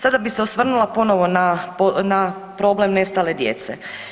Sada bih se osvrnula ponovo na problem nestale djece.